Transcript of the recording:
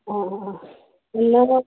ആ ആ ആ എല്ലാമോ